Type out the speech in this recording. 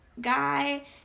guy